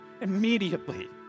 Immediately